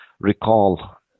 recall